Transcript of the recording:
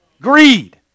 Greed